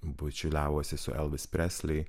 bučiuliavosi su elvis presly